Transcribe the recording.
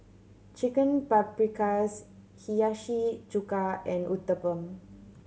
Chicken Paprikas Hiyashi Chuka and Uthapam